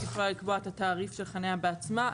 יכולה לקבוע את התעריף של החניה בעצמה,